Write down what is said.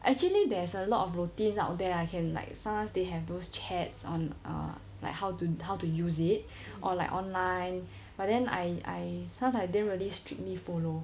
actually there's a lot of routines out there I can like sometimes they have those chats on err like how to how to use it or like online but then I I some like didn't really strictly follow